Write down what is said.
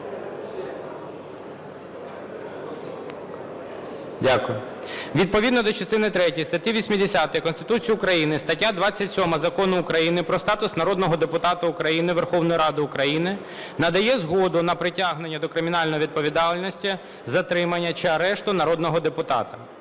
Відповідно до частини третьої статті 80 Конституції України, статті 27 Закону України "Про статус народного депутата України" Верховна Рада України надає згоду на притягнення до кримінальної відповідальності, затримання чи арешт народного депутата.